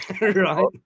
right